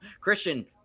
Christian